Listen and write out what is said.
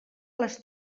les